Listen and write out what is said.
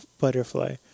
butterfly